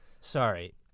Sorry